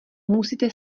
musíte